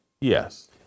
Yes